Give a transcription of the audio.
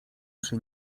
przy